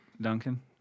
Duncan